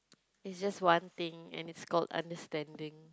it's just one thing and it's called understanding